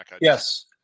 yes